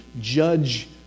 judge